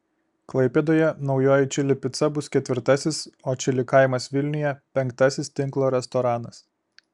klaipėdoje naujoji čili pica bus ketvirtasis o čili kaimas vilniuje penktasis tinklo restoranas